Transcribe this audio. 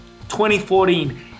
2014